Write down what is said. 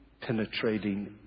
penetrating